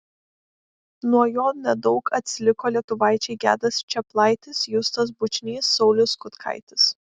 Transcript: nuo jo nedaug atsiliko lietuvaičiai gedas čeplaitis justas bučnys saulius kutkaitis